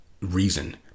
reason